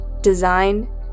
design